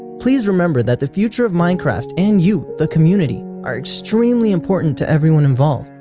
please remember that the future of minecraft and you the community are extremely important to everyone involved.